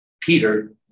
Peter